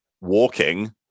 walking